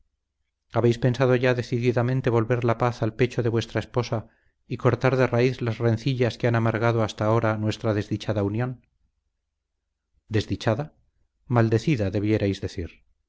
habéis pensado ya decididamente volver la paz al pecho de vuestra esposa y cortar de raíz las rencillas que han amargado hasta ahora nuestra desdichada unión desdichada maldecida debierais decir